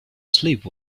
sleep